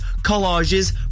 collages